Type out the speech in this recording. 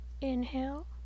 inhale